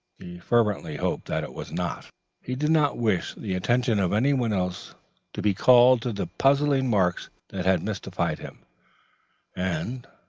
fervently hoped that it was not he did not wish the attention of anyone else to be called to the puzzling marks that had mystified him and,